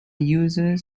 users